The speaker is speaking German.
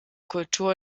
kultur